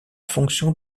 fonction